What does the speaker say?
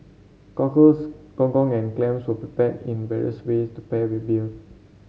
cockles gong gong and clams are prepared in various ways to pair with beer